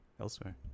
elsewhere